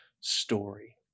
story